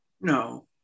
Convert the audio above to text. No